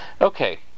okay